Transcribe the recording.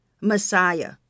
Messiah